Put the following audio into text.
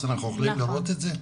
אנחנו יכולים לראות את זה?